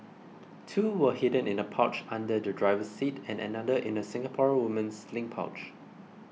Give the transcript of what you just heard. two were hidden in a pouch under the driver's seat and another in a Singaporean woman's sling pouch